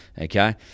okay